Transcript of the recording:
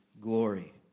glory